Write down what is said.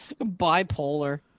Bipolar